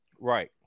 Right